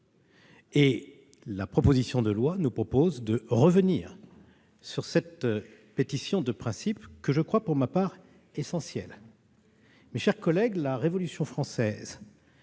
de ce texte nous proposent de revenir sur cette pétition de principe que je crois, pour ma part, essentielle. Mes chers collègues, la Révolution française